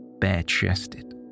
bare-chested